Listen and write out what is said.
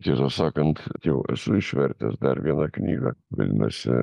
tiesą sakant jau esu išvertęs dar vieną knygą vadinasi